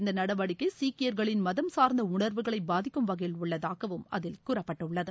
இந்தநடவடிக்கைசீக்கியர்களின் பாகிஸ்தானின் மதம் சார்ந்தடணர்வுகளைபாதிக்கும் வகையில் உள்ளதாகவும் அதில் கூறப்பட்டுள்ளது